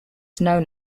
known